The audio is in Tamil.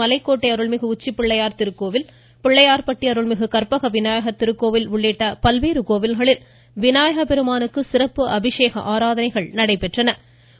மலைக்கோட்டை அருள்மிகு உச்சிப்பிள்ளையார் திருக்கோவில் கிருச்சி பிள்ளையா்பட்டி அருள்மிகு கக்பக விநாயகர் திருக்கோவில் உள்ளிட்ட பல்வேறு கோவில்களில் விநாயக பெருமானுக்கு சிறப்பு அபிஷேக ஆராதனைகள் நடைபெற்று வருகின்றன